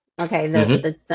Okay